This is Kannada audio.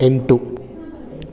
ಎಂಟು